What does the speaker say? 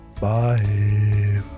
bye